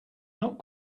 not